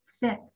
thick